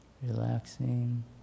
Relaxing